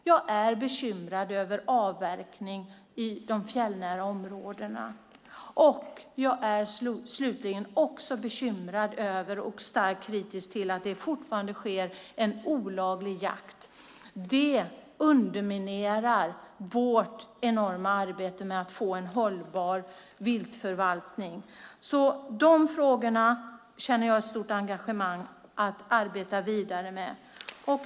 Jag är bekymrad över avverkning i de fjällnära områdena. Jag är, slutligen, också bekymrad över och starkt kritisk till att det fortfarande sker en olaglig jakt. Det underminerar vårt enorma arbete med att få en hållbar viltförvaltning. De frågorna känner jag ett stort engagemang för att arbeta vidare med.